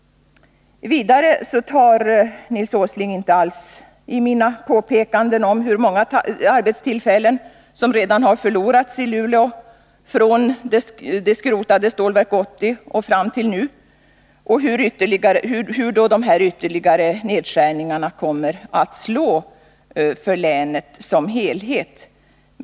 Vidare tar Nils Åsling inte alls upp mina påpekanden om hur många arbetstillfällen som redan har förlorats i Luleå från det skrotade Stålverk 80 fram till nu och hur dessa ytterligare nedskärningar kommer att slå för länet som helhet.